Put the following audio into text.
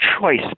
choice